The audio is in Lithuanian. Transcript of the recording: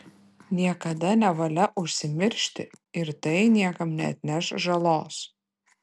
niekada nevalia užsimiršti ir tai niekam neatneš žalos